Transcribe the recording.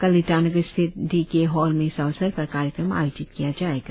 कल ईटानगर स्थित D K hall में इस अवसर पर कार्यक्रम आयोजित किया जाएगा